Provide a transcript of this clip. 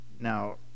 Now